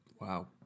Wow